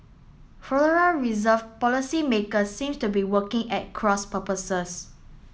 Reserve policymakers seems to be working at cross purposes